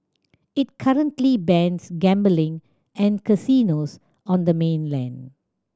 it currently bans gambling and casinos on the mainland